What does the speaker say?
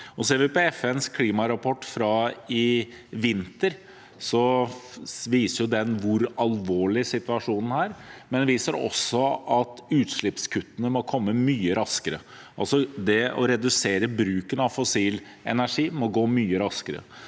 FNs klimarapport fra i vinter, viser den hvor alvorlig situasjonen er, og den viser også at utslippskuttene må komme mye raskere. Altså: Det å redusere bruken av fossil energi må gå mye raskere.